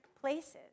places